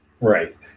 Right